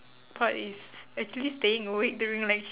part is actually staying awake during lec~